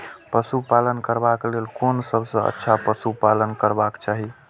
पशु पालन करबाक लेल कोन सबसँ अच्छा पशु पालन करबाक चाही?